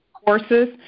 Courses